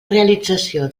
realització